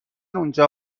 اونجا